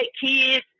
kids